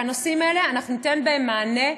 והנושאים האלה, אנחנו ניתן בהם מענה,